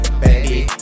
baby